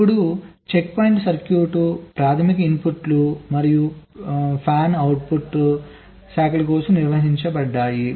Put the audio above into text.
ఇప్పుడు చెక్పాయింట్లు సర్క్యూట్ ప్రాధమిక ఇన్పుట్లు మరియు ఫ్యాన్అవుట్ శాఖల కోసం నిర్వచించబడ్డాయి